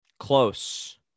Close